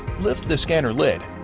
lift the scanner lid,